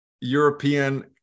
European